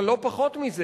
אבל לא פחות מזה